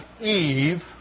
Eve